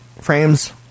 frames